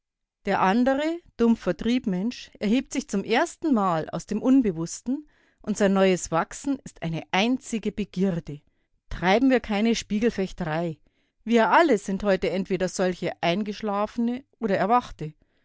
der andere dumpfer triebmensch erhebt sich zum erstenmal aus dem unbewußten und sein neues wachsen ist eine einzige begierde treiben wir keine spiegelfechterei wir alle sind heute entweder solche eingeschlafene oder erwachte